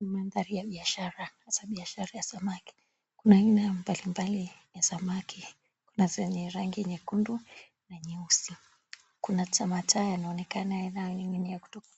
Ni mandhari ya biashara hasa biashara ya samaki, aina mbalimbali ya samaki ambazo ni rangi nyekundu na nyeusi. Kuna mataa yanayoonekana yananing'inia kutoka